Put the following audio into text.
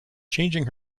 changing